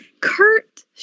Kurt